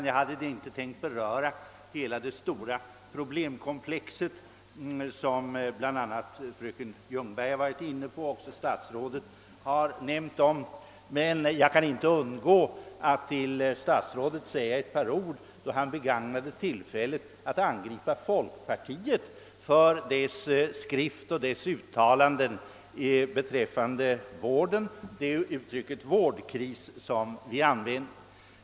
Jag hade inte tänkt beröra hela det stora problemkomplex som «fröken Ljungberg har varit inne på och som även statsrådet har nämnt, men jag kan inte undgå att säga ett par ord till statsrådet med anledning av att han begagnade tillfället att angripa folkpartiet för att det använt uttrycket »vårdkris» i sin skrift och sina uttalanden.